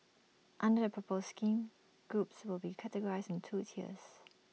under the proposed scheme groups will be categorised into two tiers